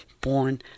Born